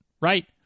right